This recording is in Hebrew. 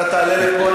אתה תעלה לפה,